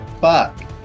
fuck